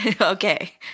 okay